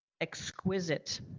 exquisite